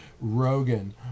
rogan